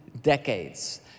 decades